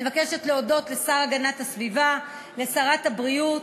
אני מבקשת להודות לשר להגנת הסביבה, לשרת הבריאות,